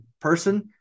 person